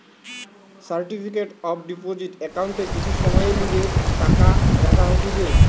certificate of deposit একাউন্টে কিছু সময়ের লিগে টাকা রাখা হতিছে